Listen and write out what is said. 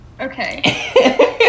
Okay